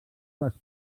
les